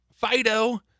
Fido